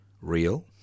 real